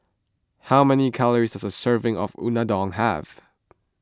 how many calories does a serving of Unadon have